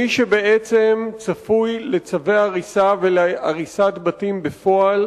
מי שבעצם צפוי לצווי הריסה ולהריסת בתים בפועל